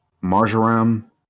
marjoram